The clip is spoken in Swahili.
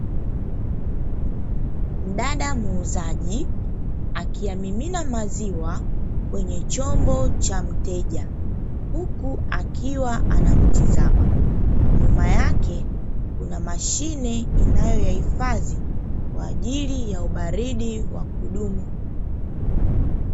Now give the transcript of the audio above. Dada muuzaji akiyamimina maziwa kwenye chombo cha mteja, huku akiwa anamtizama, nyuma yake kuna mashine inayoyahifadhi kwa ajili ya ubaridi wa kudumu.